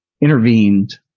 intervened